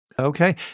Okay